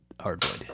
hardwood